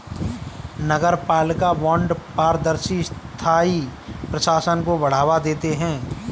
नगरपालिका बॉन्ड पारदर्शी स्थानीय प्रशासन को बढ़ावा देते हैं